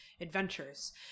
adventures